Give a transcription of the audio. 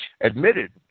admitted